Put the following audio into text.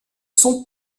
son